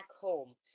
home